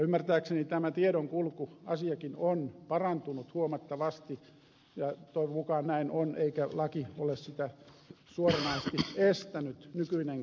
ymmärtääkseni tämä tiedonkulkuasiakin on parantunut huomattavasti ja toivon mukaan näin on eikä nykyinenkään laki ole sitä suoranaisesti estänyt